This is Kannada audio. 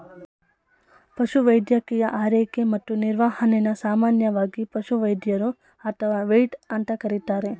ಪಶುವೈದ್ಯಕೀಯ ಆರೈಕೆ ಮತ್ತು ನಿರ್ವಹಣೆನ ಸಾಮಾನ್ಯವಾಗಿ ಪಶುವೈದ್ಯರು ಅಥವಾ ವೆಟ್ ಅಂತ ಕರೀತಾರೆ